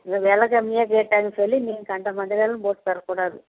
இது வில கம்மியாக கேட்டாங்கன்னு சொல்லி நீங்கள் கண்ட மஞ்சளெல்லாம் போட்டுத்தரக்கூடாது